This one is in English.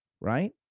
right